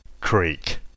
Creek